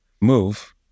move